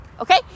okay